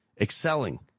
excelling